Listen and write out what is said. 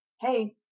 hey